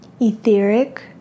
etheric